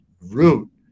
root